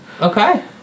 Okay